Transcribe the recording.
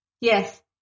Yes